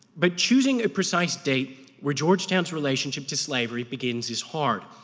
but choosing a precise date where georgetown's relationship to slavery begins is hard,